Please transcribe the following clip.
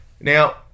Now